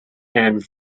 and